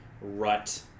rut